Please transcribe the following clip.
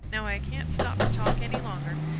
now i can't stop to talk any longer.